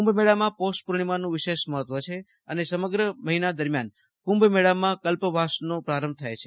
કુંભ મેળામાં પોષ પૂર્ણિમાનું વિશેષ મહત્વ હોય છે અને સમગ્ર મહિના દરમિયાન કુંભ મેળામાં કલ્પવાસનો આરંભ થાય છે